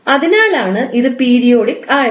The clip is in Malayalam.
അതിനാലാണ് ഇത് പീരിയോഡിക് ആയത്